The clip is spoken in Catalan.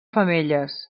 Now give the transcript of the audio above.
femelles